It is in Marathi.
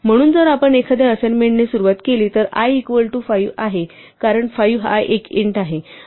म्हणून जर आपण असाइनमेंटने सुरुवात केली तर i इक्वल टू 5 आहे कारण 5 एक इंट आहे